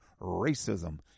racism